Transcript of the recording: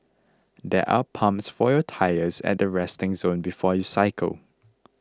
there are pumps for your tyres at the resting zone before you cycle